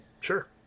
Sure